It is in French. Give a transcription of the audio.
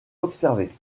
observés